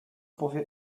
powie